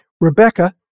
Rebecca